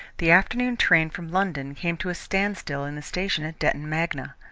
the afternoon train from london came to a standstill in the station at detton magna.